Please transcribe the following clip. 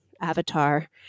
avatar